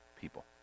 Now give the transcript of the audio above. people